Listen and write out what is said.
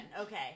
Okay